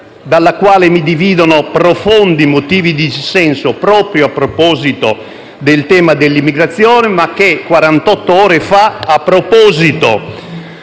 dalla quale mi dividono profondi motivi di dissenso, proprio a proposito del tema dell'immigrazione, ma che quarantotto ore fa, a proposito